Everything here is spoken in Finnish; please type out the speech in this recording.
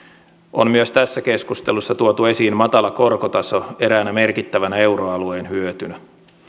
on myös tässä keskustelussa tuotu esiin matala korkotaso eräänä merkittävänä euroalueen hyötynä